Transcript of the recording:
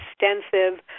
extensive